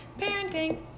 Parenting